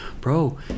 bro